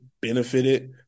benefited